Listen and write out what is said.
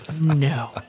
No